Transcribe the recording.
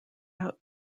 out